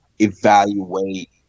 evaluate